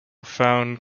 found